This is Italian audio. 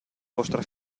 vostra